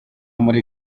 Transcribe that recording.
muri